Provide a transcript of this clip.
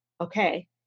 okay